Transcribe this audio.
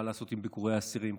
מה לעשות עם ביקורי האסירים?